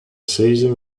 seizing